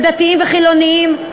ודתיים וחילונים,